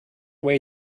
way